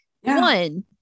one